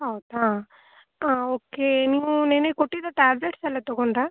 ಹೌದಾ ಹಾಂ ಓಕೆ ನೀವು ನೆನ್ನೆ ಕೊಟ್ಟಿರೊ ಟ್ಯಾಬ್ಲೆಟ್ಸೆಲ್ಲ ತಗೊಂಡ್ರಾ